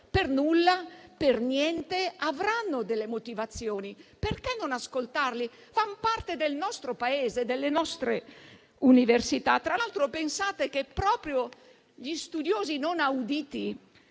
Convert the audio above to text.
Per nulla? Per niente? Avranno delle motivazioni. Perché non ascoltarli? Fanno parte del nostro Paese e delle nostre università. Tra l'altro, pensate che proprio gli studiosi italiani